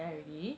mm